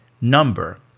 number